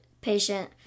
patient